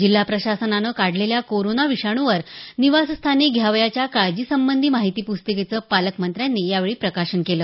जिल्हा प्रशासनानं काढलेल्या कोरोना विषाणूवर निवासस्थानी घ्यावयाच्या काळजी संबंधी माहिती पुस्तिकच पालकमंत्र्यांनी यावेळी प्रकाशन केलं